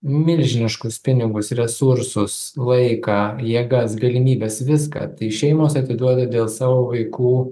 milžiniškus pinigus resursus laiką jėgas galimybes viską tai šeimos atiduoda dėl savo vaikų